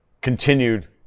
continued